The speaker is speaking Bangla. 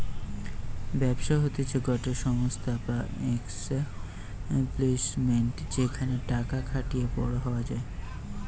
ব্যবসা হতিছে গটে সংস্থা বা এস্টাব্লিশমেন্ট যেখানে টাকা খাটিয়ে বড়ো হওয়া যায়